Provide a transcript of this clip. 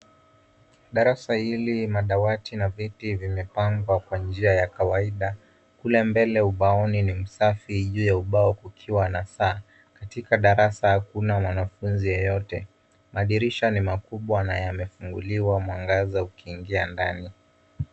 Darasa hili madawati na viti vimepangwa kwa njia ya kawaida. Kule mbele ubaoni ni msafi juu ya ubao ukiwa na saa. Katika darasa hakuna mwanafunzi yeyote. Madirisha ni makubwa na yamefunguliwa mwangaza ukiingia ndani.